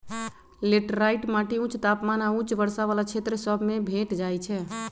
laterite माटि उच्च तापमान आऽ उच्च वर्षा वला क्षेत्र सभ में भेंट जाइ छै